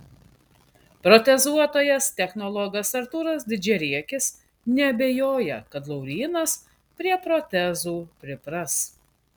protezuotojas technologas artūras didžiariekis neabejoja kad laurynas prie protezų pripras